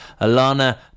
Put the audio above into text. Alana